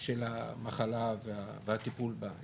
של המחלה והטיפול בה.